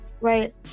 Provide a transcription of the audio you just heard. right